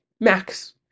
Max